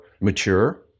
mature